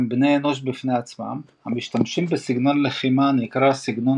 הם בני אנוש בפני עצמם המשתמשים בסגנון לחימה הנקרא ״סגנון